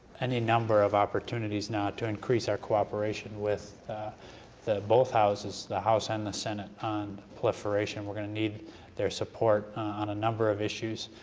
any number of opportunities now to increase our cooperation with both houses, the house and the senate on proliferation. we're going to need their support on a number of issues.